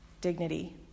dignity